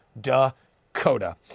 Dakota